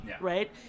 right